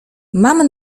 mam